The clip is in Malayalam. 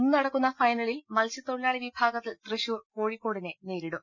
ഇന്ന് നടക്കുന്ന ഫൈനലിൽ മത്സ്യതൊഴിലാളി വിഭാഗത്തിൽ തൃശൂർ കോഴിക്കോടിനെ നേരിടും